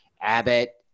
Abbott